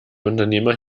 unternehmer